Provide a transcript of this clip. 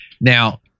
Now